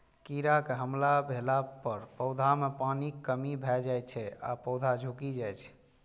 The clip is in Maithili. कीड़ाक हमला भेला पर पौधा मे पानिक कमी भए जाइ छै आ पौधा झुकि जाइ छै